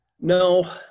no